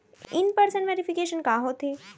In person verification का होथे?